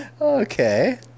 okay